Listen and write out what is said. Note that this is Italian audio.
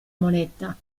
moneta